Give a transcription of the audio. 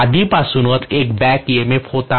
आधीपासूनच एक back EMF होता